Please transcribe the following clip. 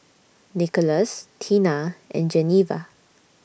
Nickolas Teena and Geneva